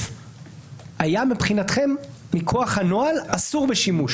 היה מבחינתכם מכוח הנוהל אסור בשימוש.